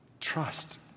Trust